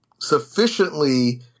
sufficiently